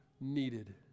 needed